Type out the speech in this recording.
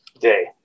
day